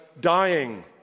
dying